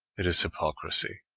it is hypocrisy.